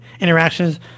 interactions